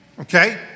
Okay